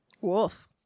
Wolf